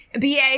Ba